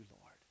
Lord